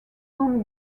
own